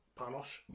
Panos